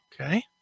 Okay